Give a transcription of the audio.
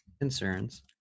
concerns